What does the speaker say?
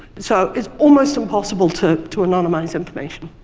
so it's almost impossible to to anonymize information.